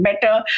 better